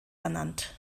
ernannt